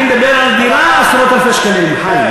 אני מדבר על דירה עשרות אלפי שקלים, חיים.